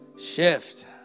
shift